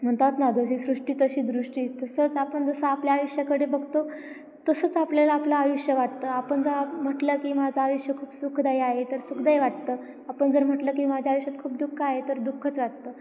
म्हणतात ना जशी सृष्टी तशी दृष्टी तसंच आपण जसं आपल्या आयुष्याकडे बघतो तसंच आपल्याला आपलं आयुष्य वाटतं आपण जर म्हटलं की माझं आयुष्य खूप सुखदायी आहे तर सुखदायी वाटतं आपण जर म्हटलं की माझ्या आयुष्यात खूप दुःख आहे तर दुःखच वाटतं